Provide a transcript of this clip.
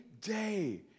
day